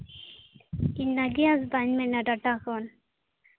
ᱤᱧ ᱢᱤᱱᱟᱠᱷᱤ ᱦᱟᱸᱥᱫᱟᱧ ᱢᱮᱱ ᱮᱫᱟ ᱴᱟᱴᱟ ᱠᱷᱚᱱ